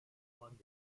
man